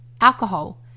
alcohol